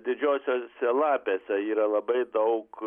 didžiosiose lapėse yra labai daug